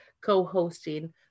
co-hosting